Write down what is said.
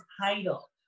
title